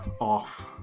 off